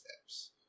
steps